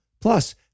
Plus